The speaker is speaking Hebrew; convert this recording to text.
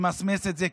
למסמס את זה,